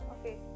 Okay